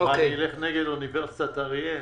אני אלך נגד אוניברסיטת אריאל?